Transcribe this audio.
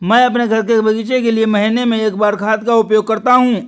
मैं अपने घर के बगीचे के लिए महीने में एक बार खाद का उपयोग करता हूँ